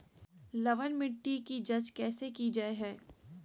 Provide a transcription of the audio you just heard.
लवन मिट्टी की जच कैसे की जय है?